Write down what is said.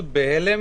בהלם